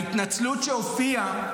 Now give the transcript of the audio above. ההתנצלות שהופיעה: